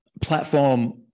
platform